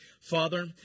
Father